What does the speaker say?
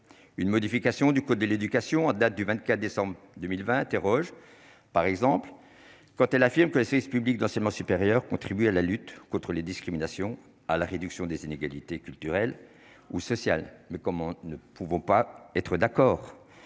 une modification du code de l'éducation, en date du 24 décembre 2020 interroges par exemple quand elle affirme que les services publics d'enseignement supérieur, contribue à la lutte contre les discriminations à la réduction des inégalités culturelles ou sociales, mais comment ne pouvant pas être d'accord à